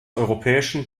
europäischen